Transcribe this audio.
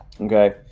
Okay